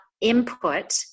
input